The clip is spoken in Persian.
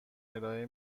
ارائه